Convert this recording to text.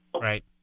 Right